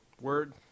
Word